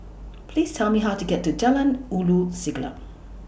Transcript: Please Tell Me How to get to Jalan Ulu Siglap